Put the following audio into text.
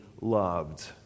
loved